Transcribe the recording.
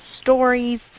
stories